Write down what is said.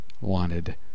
wanted